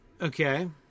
okay